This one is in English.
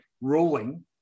ruling